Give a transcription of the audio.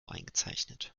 eingezeichnet